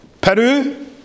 Peru